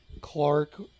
Clark